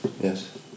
Yes